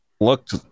looked